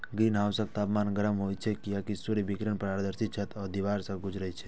ग्रीनहाउसक तापमान गर्म होइ छै, कियैकि सूर्य विकिरण पारदर्शी छत आ दीवार सं गुजरै छै